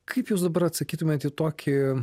kaip jūs dabar atsakytumėt į tokį